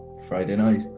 friday night.